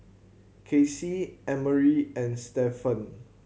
Kasie Emery and Stevan